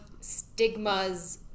stigmas